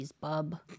bub